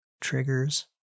triggers